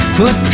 put